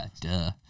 duh